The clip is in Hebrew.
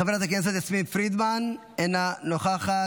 חברת הכנסת יסמין פרידמן, אינה נוכחת.